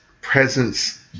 presence